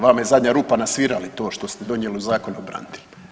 Vama je zadnja rupa na svirali to što ste donijeli Zakon o braniteljima.